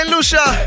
Lucia